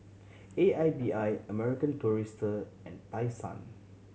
A I B I American Tourister and Tai Sun